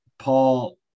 Paul